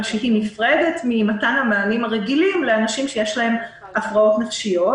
אבל שנפרדת ממתן המענים הרגילים לאנשים שיש להם הפרעות נפשיות.